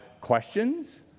questions